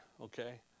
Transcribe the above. Okay